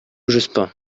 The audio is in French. jospin